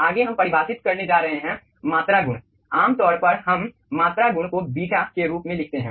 आगे हम परिभाषित करने जा रहे हैं मात्रा गुण आमतौर पर हम मात्रा गुण को बीटा के रूप में लिखते हैं